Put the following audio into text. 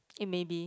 okay maybe